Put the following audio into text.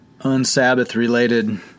unsabbath-related